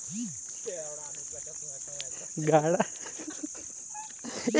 गाड़ा मे बइला ल दो दिन भेर फाएद के नी रखल जाए सके